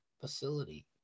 facility